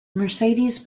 mercedes